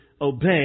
obey